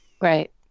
Right